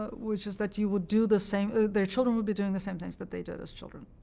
but which is that you would do the same their children would be doing the same things that they did as children,